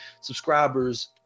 subscribers